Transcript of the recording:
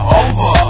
over